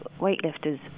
weightlifters